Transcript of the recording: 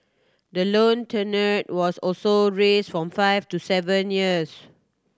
the loan tenure was also raised from five to seven years